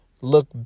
look